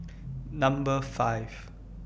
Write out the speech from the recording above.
Number five